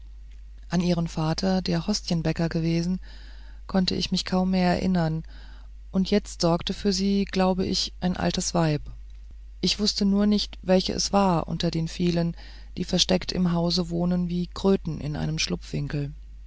an ihren vater der hostienbäcker gewesen konnte ich mich kaum mehr erinnern und jetzt sorgt für sie glaube ich ein altes weib ich wußte nur nicht welche es war unter den vielen die versteckt im hause wohnen wie kröten in ihrem schlupfwinkel